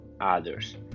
others